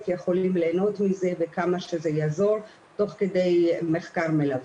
יכולים ליהנות מזה וכמה שזה יעזור תוך כדי מחקר מלווה.